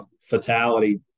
fatality